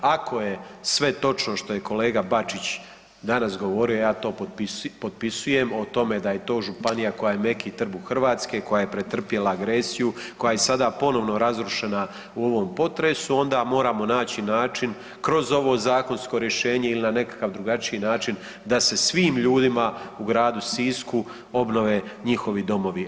Ako je sve točno što je kolega Bačić danas govorio ja to potpisujem, o tome da je to županija koja je meki trbuh Hrvatske, koja je pretrpjela agresiju, koja je i sada ponovno razrušena u ovom potresu onda moramo naći način kroz ovo zakonsko rješenje ili na nekakav drugačiji način da se svim ljudima u gradu Sisku obnove njihovi domovi.